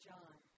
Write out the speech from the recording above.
John